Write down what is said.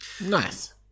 Nice